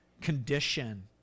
condition